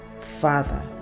father